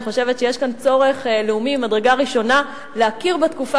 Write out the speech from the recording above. אני חושבת שיש צורך לאומי ממדרגה ראשונה להכיר בתקופה